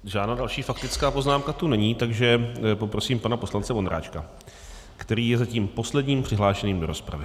Žádná další faktická poznámka tu není, takže poprosím pana poslance Vondráčka, který je zatím posledním přihlášeným do rozpravy.